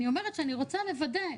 אני אומרת שאני רוצה לוודא,